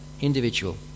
individual